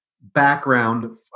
background